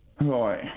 Right